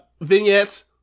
vignettes